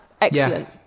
excellent